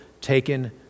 taken